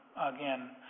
again